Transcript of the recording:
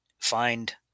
find